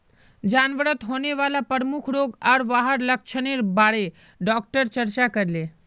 जानवरत होने वाला प्रमुख रोग आर वहार लक्षनेर बारे डॉक्टर चर्चा करले